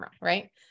Right